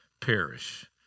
perish